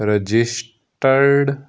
registered